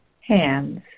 hands